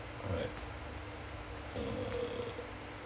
alright uh